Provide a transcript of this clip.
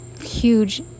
huge